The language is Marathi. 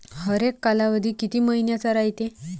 हरेक कालावधी किती मइन्याचा रायते?